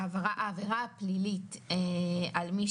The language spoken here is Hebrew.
העבירה הפלילית על מי